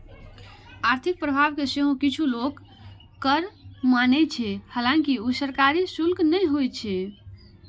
आर्थिक प्रभाव कें सेहो किछु लोक कर माने छै, हालांकि ऊ सरकारी शुल्क नै होइ छै